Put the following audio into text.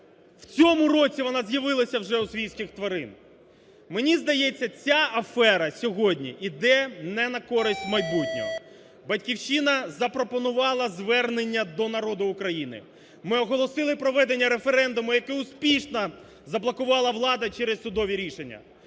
В цьому році вона з'явилася вже у свійських тварин. Мені здається, ця афера сьогодні йде не на користь майбутнього. "Батьківщина" запропонувала звернення до народу України, ми оголосили проведення референдуму, яке успішно заблокувала влада через судові рішення.